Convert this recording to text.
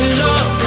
love